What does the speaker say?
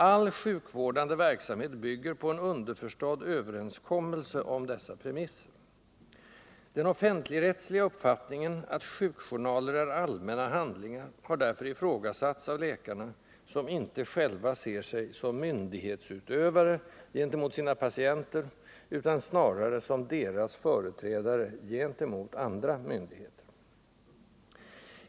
All sjukvårdande verksamhet bygger på en underförstådd överenskommelse om dessa premisser. Den offentligrättsliga uppfattningen att sjukjournaler är ”allmänna handlingar” har därför ifrågasatts av läkarna, som inte själva ser sig som ”myndighetsutövare” gentemot sina patienter utan snarare som deras företrädare gentemot andra myndigheter.